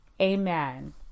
Amen